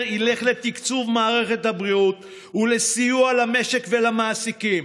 ילך לתקצוב מערכת הבריאות ולסיוע למשק ולמעסיקים.